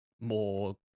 more